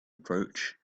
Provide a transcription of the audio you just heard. approach